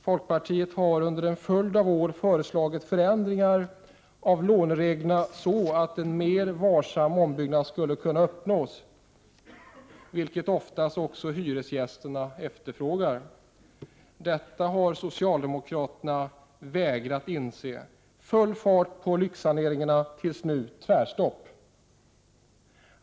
Folkpartiet har under en följd av år föreslagit förändringar av lånereglerna så att en mer varsam ombyggnad skulle kunna uppnås, vilket oftast också hyresgästerna efterfrågar. Detta har socialdemokraterna vägrat inse. Man har haft full fart på lyxsaneringarna, och nu tvärstopp.